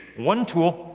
one tool,